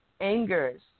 Angers